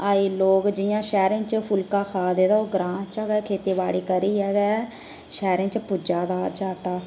अज्ज लोग जियां शैहरें च फुल्का खा दे ते ओह् ग्रां चा गै खेतीबाड़ी करियै गै शैहरें च पुज्जा दा अज्ज आटा